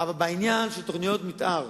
אבל בעניין של תוכניות מיתאר